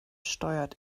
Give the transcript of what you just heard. steuert